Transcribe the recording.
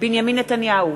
בנימין נתניהו,